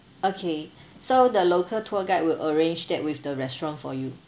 okay so the local tour guide will arrange that with the restaurant for you